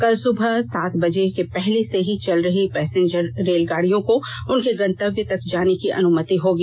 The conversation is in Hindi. कल सुबह सात बजे के पहले से ही चल रही पैसेंजर रेलगाड़ियों को उनके गंतव्य तक जाने की अनुमति होगी